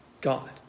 God